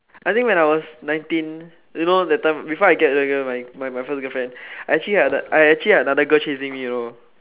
I think when I was nineteen you know that time before I get my my first girlfriend I actually had I actually had another girl chasing me you know